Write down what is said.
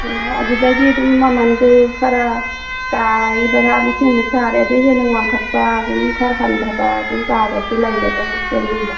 ꯑꯣ ꯑꯗꯨꯗꯒꯤ ꯑꯗꯨꯝ ꯃꯃꯟꯗꯨ ꯈꯔ ꯀꯥꯒꯤ ꯕꯔꯥ ꯂꯤꯁꯤꯡꯃꯨꯛ ꯁꯥꯔꯦ ꯑꯗꯒꯤ ꯍꯦꯟꯅ ꯋꯥꯡꯈꯠꯄ ꯑꯗꯨꯝ ꯈꯔ ꯍꯟꯗꯕ ꯑꯗꯨꯝ ꯀꯥꯒꯗꯤ ꯂꯩꯒꯗ꯭ꯔꯣ ꯍꯣꯇꯦꯜꯒꯨꯝꯕ